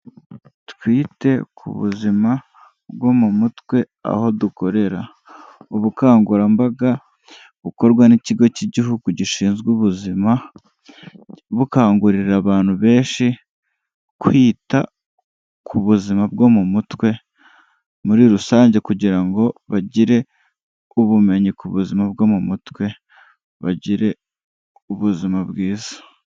Twite ku buzima bwo mu mutwe aho dukorera, ubukangurambaga bukorwa n'ikigo cy'igihugu gishinzwe ubuzima, bukangurira abantu benshi kwita ku buzima bwo mu mutwe muri rusange, kugira ngo bagire ubumenyi ku buzima bwo mu mutwe, bagire ubuzima bwiza.